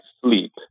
sleep